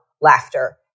laughter